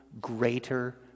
greater